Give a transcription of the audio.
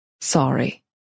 Sorry